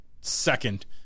second